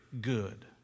good